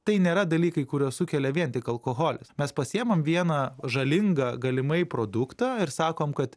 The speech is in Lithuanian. tai nėra dalykai kuriuos sukelia vien tik alkoholis mes pasiemam vieną žalingą galimai produktą ir sakom kad